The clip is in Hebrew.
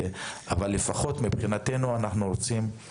אבל אנחנו מעוניינים לקדם את זה,